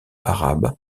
arabe